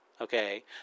Okay